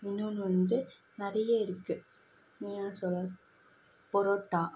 இன்னொன்னு வந்து நிறைய இருக்குது மெயினா சொல்ல பரோட்டா